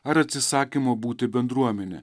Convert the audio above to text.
ar atsisakymo būti bendruomene